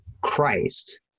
christ